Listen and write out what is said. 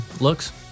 looks